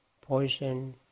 poison